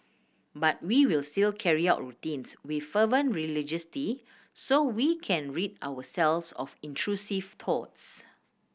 but we will still carry out routines with fervent religiosity so we can rid ourselves of intrusive thoughts